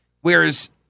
whereas